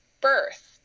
birth